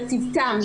וצוותם,